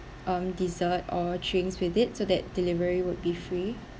um dessert or drinks with it so that delivery would be free